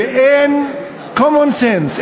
ואין common sense.